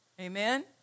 Amen